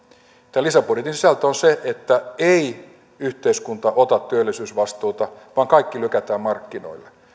tämän lisäbudjetin sisältö on se että ei yhteiskunta ota työllisyysvastuuta vaan kaikki lykätään markkinoille